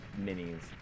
minis